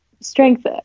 strength